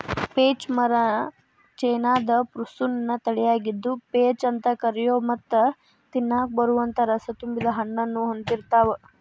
peach ಮರ ಚೇನಾದ Prunus ನ ತಳಿಯಾಗಿದ್ದು, ಪೇಚ್ ಅಂತ ಕರಿಯೋ ಮತ್ತ ತಿನ್ನಾಕ ಬರುವಂತ ರಸತುಂಬಿದ ಹಣ್ಣನ್ನು ಹೊಂದಿರ್ತಾವ